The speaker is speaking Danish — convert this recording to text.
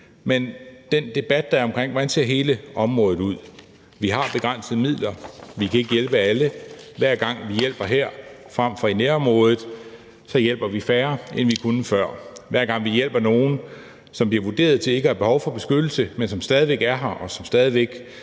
på den debat, der er omkring, hvordan hele området ser ud. Vi har begrænsede midler, vi kan ikke hjælpe alle. Hver gang vi hjælper her frem for i nærområdet, så hjælper vi færre, end vi kunne før. Hver gang vi hjælper nogle, som vi har vurderet til ikke at have behov for beskyttelse, men som stadig væk er her, og som stadig væk